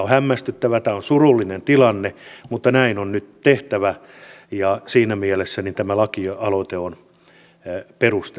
tämä on hämmästyttävä ja surullinen tilanne mutta näin on nyt tehtävä ja siinä mielessä tämä lakialoite on perusteltu